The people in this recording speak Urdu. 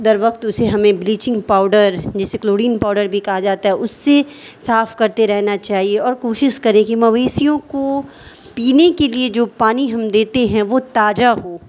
در وقت اسے ہمیں بلیچنگ پاؤڈر جیسے کلورین پاؤڈر بھی کہا جاتا ہے اس سے صاف کرتے رہنا چاہیے اور کوشش کریں کہ مویشیوں کو پینے کے لیے جو پانی ہم دیتے ہیں وہ تازہ ہو